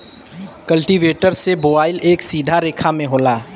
cultivator से बोवाई एक सीधा रेखा में होला